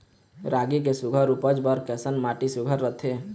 रागी के सुघ्घर उपज बर कैसन माटी सुघ्घर रथे?